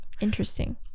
Interesting